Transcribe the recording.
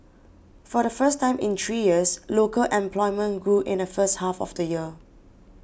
for the first time in three years local employment grew in the first half of the year